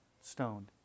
stoned